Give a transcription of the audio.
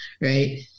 right